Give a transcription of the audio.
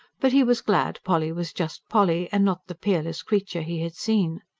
but he was glad polly was just polly, and not the peerless creature he had seen.